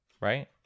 Right